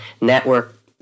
network